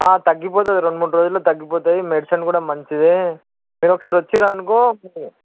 తగ్గిపోతుంది రెండు మూడు రోజులలో తగ్గిపోతుంది మెడిసిన్ కూడా మంచిది మీరు ఒకసారి వచ్చిర్రు అనుకో